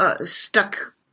Stuck